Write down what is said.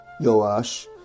Yoash